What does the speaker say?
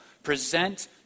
Present